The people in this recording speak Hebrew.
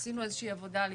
עשינו איזו שהיא עבודה לבדוק.